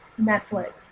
Netflix